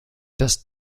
das